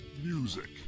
music